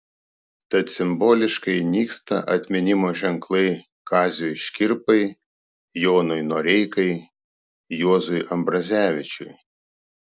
tad simboliškai nyksta atminimo ženklai kaziui škirpai jonui noreikai juozui ambrazevičiui